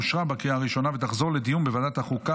לוועדת החוקה,